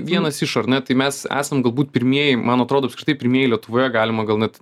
vienas iš ar ne tai mes esam galbūt pirmieji man atrodo apskritai pirmieji lietuvoje galima gal net